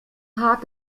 haag